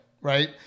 right